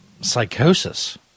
psychosis